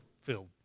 filled